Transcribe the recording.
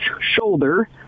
shoulder